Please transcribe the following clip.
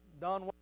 Don